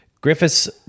Griffiths